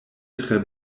tre